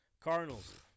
Cardinals